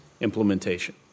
implementation